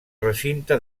recinte